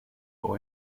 pour